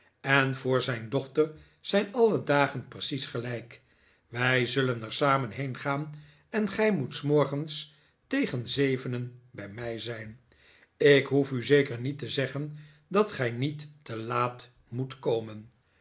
en voor zijn dochter zijn alle dagen precies gelijk wij zullen er samen heen gaan en gij moet s morgens tegen zevenen bij mij zijn ik hoef u zeker niet te zeggen dat gij niet te laat moet komen